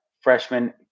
freshman